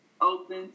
open